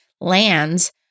lands